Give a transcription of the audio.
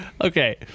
okay